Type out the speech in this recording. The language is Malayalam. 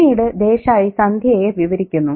പിന്നീട് ദേശായി സന്ധ്യയെ വിവരിക്കുന്നു